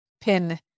pin